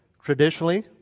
Traditionally